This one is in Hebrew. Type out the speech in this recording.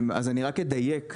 אני רק אדייק.